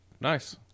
Nice